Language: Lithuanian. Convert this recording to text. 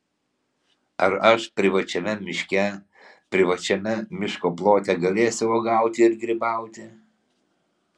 ar aš privačiame miške privačiame miško plote galėsiu uogauti ir grybauti